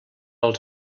els